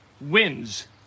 wins